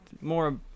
more